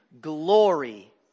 Glory